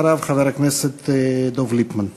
ואחריו חבר הכנסת דב ליפמן.